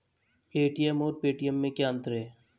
ATM और Paytm में क्या अंतर है?